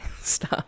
Stop